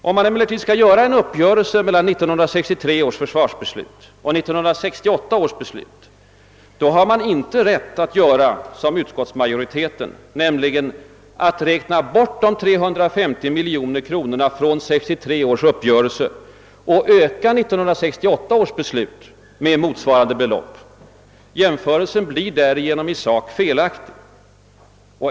Om man emellertid skall göra en jämförelse mellan 1963 års försvarsbeslut och 1968 års beslut, har man inte rätt att göra som utskottsmajoriteten, nämligen räkna bort de 350 miljonerna från 1963 års uppgörelse och öka 1968 års beslut med motsvarande belopp. Jämförelsen blir därigenom i sak felaktig.